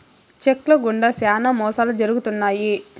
check ల గుండా శ్యానా మోసాలు జరుగుతున్నాయి